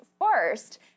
first